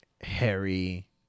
Harry